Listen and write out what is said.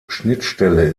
schnittstelle